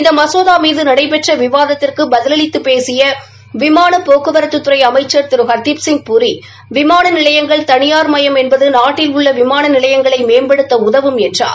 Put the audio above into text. இந்த மசோதா மீது நடைபெற்ற விவாதத்திற்கு பதிலளித்து பேசிய விமான போக்குவரத்துத் துறை அமைச்சா் திரு ஹர்திப்சிய் பூரி விமான நிலையங்கள் தனியாமயம் என்பது நாட்டில் உள்ள விமான நிலையங்களை மேம்படுத்த உதவும் என்றார்